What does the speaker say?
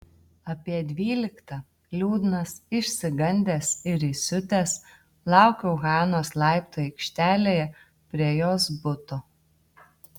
apie dvyliktą liūdnas išsigandęs ir įsiutęs laukiau hanos laiptų aikštelėje prie jos buto